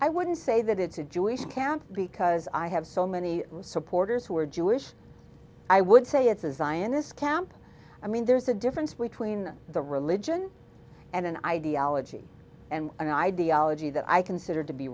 i wouldn't say that it's a jewish camp because i have so many supporters who are jewish i would say it's a zionist camp i mean there's a difference between the religion and an ideology and an ideology that i consider to be